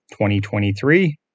2023